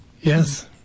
yes